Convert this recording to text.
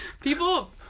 people